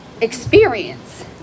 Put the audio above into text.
experience